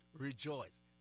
rejoice